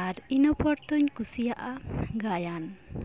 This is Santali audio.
ᱟᱨ ᱤᱱᱟᱹ ᱯᱚᱨ ᱫᱧ ᱠᱩᱥᱤᱭᱟᱼᱟ ᱜᱟᱭᱟᱱ